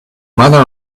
mother